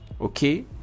okay